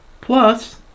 plus